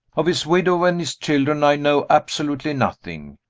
of his widow and his children i know absolutely nothing.